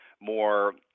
more